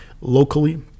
locally